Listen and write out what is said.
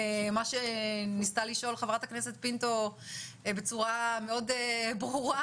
מה שניסתה לשאול חברת הכנסת פינטו בצורה מאוד ברורה,